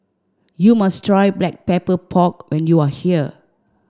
you must try black pepper pork when you are here